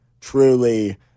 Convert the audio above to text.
truly